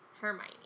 Hermione